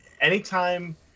anytime